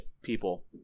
people